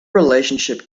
relationship